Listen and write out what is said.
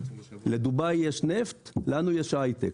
לדובאי יש נפט ולנו יש היי-טק.